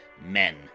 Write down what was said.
men